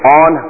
on